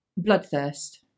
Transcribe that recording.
Bloodthirst